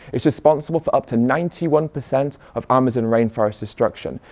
it's responsible for up to ninety one percent of amazon rainforest destruction.